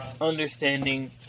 understanding